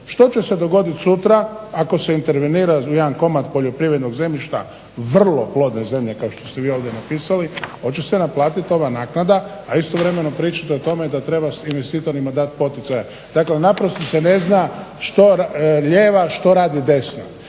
što će se dogoditi sutra ako se intervenira jedan komad poljoprivrednog zemljišta vrlo plodne zemlje kao što ste vi ovdje napisali oće se naplatiti ova naknada a istovremeno pričate o tome da treba investitorima dati poticaja. Dakle naprosto se ne zna što lijeva, što radi desna.